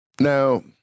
Now